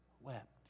wept